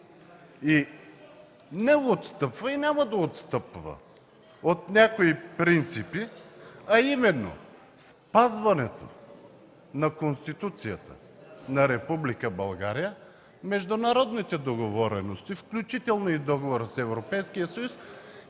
не отстъпва и няма да отстъпи от някои принципи, а именно спазването на Конституцията на Република България, международните договорености, включително и договора с